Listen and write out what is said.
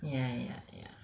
ya ya ya